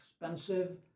expensive